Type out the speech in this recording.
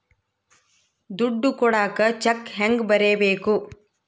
ದುಡ್ಡು ಕೊಡಾಕ ಚೆಕ್ ಹೆಂಗ ಬರೇಬೇಕು?